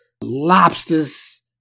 lobsters